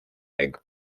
egg